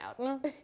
out